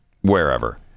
wherever